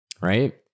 Right